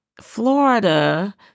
Florida